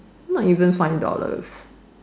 not even five dollars